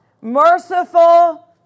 merciful